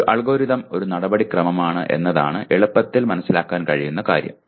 ഒരു അൽഗോരിതം ഒരു നടപടിക്രമമാണ് എന്നതാണ് എളുപ്പത്തിൽ മനസ്സിലാക്കാൻ കഴിയുന്ന കാര്യം